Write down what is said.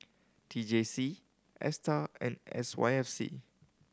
T J C Astar and S Y F C